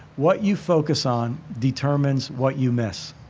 what you focus on determines what you miss.